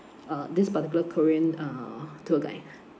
uh this particular korean uh tour guide